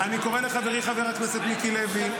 אני קורא לחברי חבר הכנסת מיקי לוי,